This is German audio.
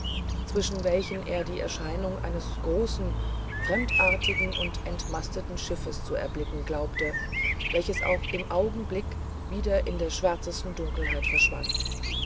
zwischen welchen er die erscheinung eines großen fremdartigen und entmasteten schiffes zu erblicken glaubte welches auch im augenblick wieder in der schwärzesten dunkelheit verschwand